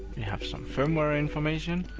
we have some firmware information,